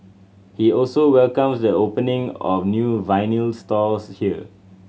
he also welcomes the opening of new vinyl stores here